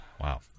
Wow